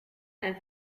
and